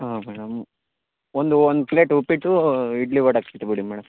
ಹಾಂ ಮೇಡಮ್ ಒಂದು ಒಂದು ಪ್ಲೇಟ್ ಉಪ್ಪಿಟೂ ಇಡ್ಲಿ ವಡೆ ಕೊಟ್ಬಿಡಿ ಮೇಡಮ್